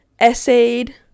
essayed